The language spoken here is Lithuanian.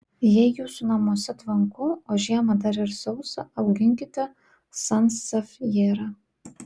jei jūsų namuose tvanku o žiemą dar ir sausa auginkite sansevjerą